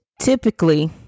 typically